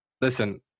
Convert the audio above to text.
Listen